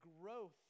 growth